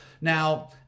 Now